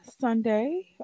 Sunday